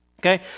Okay